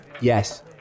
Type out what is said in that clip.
Yes